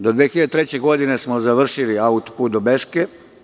Do 2003. godine smo završili autoput do Beške.